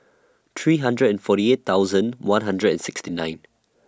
three hundred and forty eight thousand one hundred and sixty nine